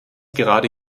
gerade